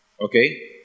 Okay